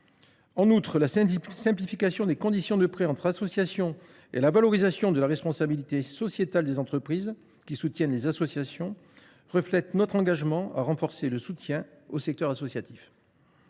En outre, la simplification des conditions de prêt entre associations et la valorisation de la responsabilité sociétale des entreprises (RSE) qui soutiennent les associations reflètent notre engagement à renforcer le soutien au secteur associatif.